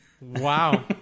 Wow